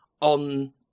on